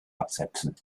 absetzen